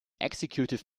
executive